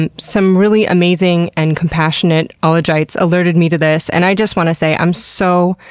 and some really amazing and compassionate ologites alerted me to this, and i just want to say i'm so,